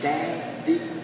Daddy